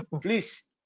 please